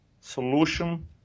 solution